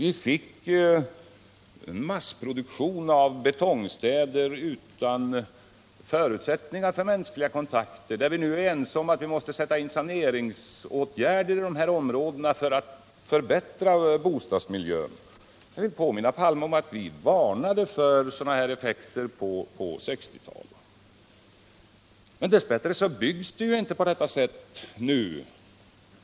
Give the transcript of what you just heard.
Vi fick ju då en massproduktion av betongstäder utan några förutsättningar för mänskliga kontakter, och vi är nu ense om att vi måste sätta in saneringsåtgärder i dessa områden för att förbättra bostadsmiljön. Jag vill påminna Olof Palme om att vi från centern på 1960-talet varnade för sådana effekter. Dess bättre byggs det inte på detta sätt nu.